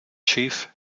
chief